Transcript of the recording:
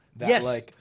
Yes